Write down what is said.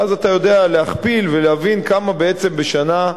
ואז אתה יודע להכפיל ולהבין כמה בעצם בשנה,